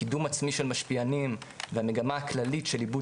קידום עצמי של משפיענים והמגמה הכללית של עיבוד